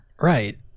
right